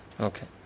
Okay